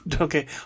Okay